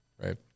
right